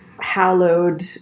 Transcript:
hallowed